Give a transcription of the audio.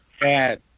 Bad